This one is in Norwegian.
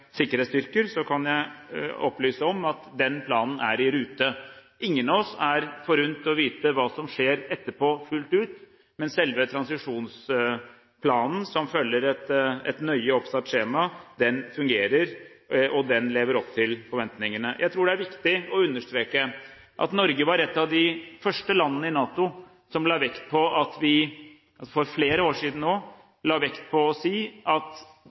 sikkerhetsstyrker, kan jeg opplyse om at den planen er i rute. Ingen av oss er forunt å vite hva som skjer etterpå fullt ut, men selve transisjonsplanen, som følger et nøye oppsatt skjema, fungerer og lever opp til forventningene. Jeg tror det er viktig å understreke at Norge var et av de første landene i NATO – for flere år siden nå – som la vekt på å si at det mest meningsfylte vi kan gjøre i den siste delen av oppdraget i Afghanistan, er å